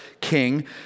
king